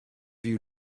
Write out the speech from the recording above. you